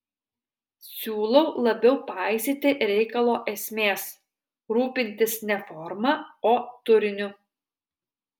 siūlau labiau paisyti reikalo esmės rūpintis ne forma o turiniu